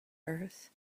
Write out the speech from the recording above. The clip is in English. earth